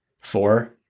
four